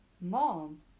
Mom